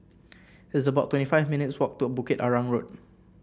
it's about twenty five minutes' walk to Bukit Arang Road